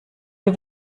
wir